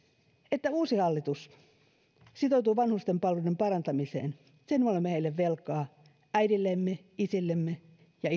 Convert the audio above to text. että uusi hallitus sitoutuu vanhusten palveluiden parantamiseen sen me olemme heille velkaa äideillemme isillemme ja